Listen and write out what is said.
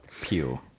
Pew